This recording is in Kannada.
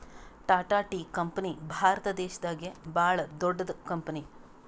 ಟಾಟಾ ಟೀ ಕಂಪನಿ ಭಾರತ ದೇಶದಾಗೆ ಭಾಳ್ ದೊಡ್ಡದ್ ಕಂಪನಿ